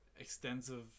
extensive